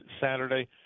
Saturday